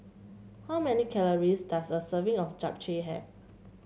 how many calories does a serving of Japchae have